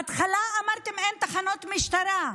בהתחלה אמרתם: אין תחנות משטרה.